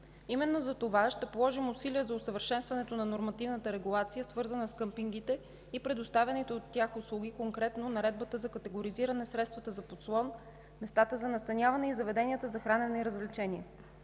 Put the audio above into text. Именно затова ще положим усилия за усъвършенстването на нормативната регулация, свързана с къмпингите и предоставените от тях услуги, конкретно Наредбата за категоризиране на средствата за подслон, местата за настаняване и заведенията за хранене и развлечение.